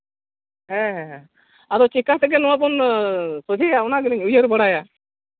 ᱦᱮᱸ ᱦᱮᱸ ᱟᱫᱚ ᱪᱤᱠᱟ ᱛᱮᱜᱮ ᱱᱚᱣᱟᱵᱚᱱ ᱥᱚᱡᱷᱮᱭᱟ ᱚᱱᱟ ᱜᱮᱞᱤᱧ ᱩᱭᱦᱟᱹᱨ ᱵᱟᱲᱟᱭᱟ